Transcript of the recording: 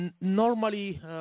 normally